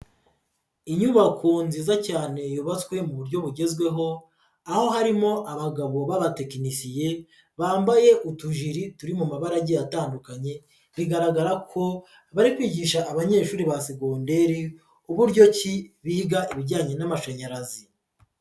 Inyubako nziza cyane yubatswe mu buryo bugezweho, aho harimo abagabo b'abatekenisiye bambaye utujiri turi mu mabara agiye atandukanye bigaragara ko bari kwigisha abanyeshuri ba segondere uburyo ki biga ibijyanye n'amashanyarazi.